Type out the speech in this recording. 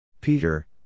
Peter